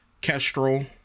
Kestrel